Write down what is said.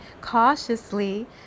cautiously